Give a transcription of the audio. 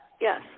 Yes